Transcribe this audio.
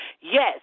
Yes